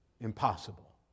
impossible